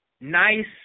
nice